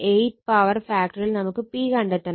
8 power ഫാക്ടറിൽ നമുക്ക് P കണ്ടെത്തണം